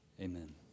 Amen